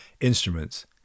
instruments